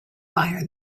fire